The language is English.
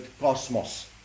Cosmos